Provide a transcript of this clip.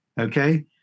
okay